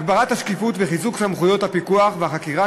הגברת השקיפות וחיזוק סמכויות הפיקוח והחקירה